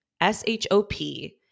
S-H-O-P